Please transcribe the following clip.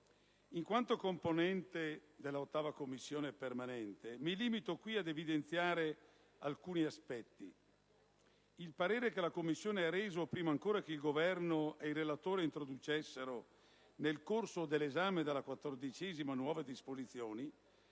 In quanto componente dell'8a Commissione permanente, mi limito qui ad evidenziare alcuni aspetti. Il parere che la Commissione ha reso prima ancora che il Governo e il relatore introducessero, nel corso dell'esame della 14a Commissione,